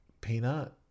Peanut